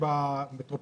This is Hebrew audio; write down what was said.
לחוק